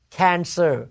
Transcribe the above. cancer